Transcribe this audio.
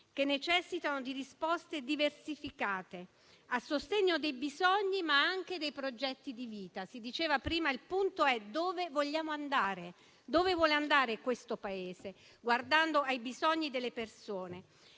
che necessitano di risposte diversificate a sostegno dei bisogni, ma anche dei progetti di vita. Si diceva prima che il punto è dove vogliamo andare, dove vuole andare questo Paese, guardando ai bisogni delle persone.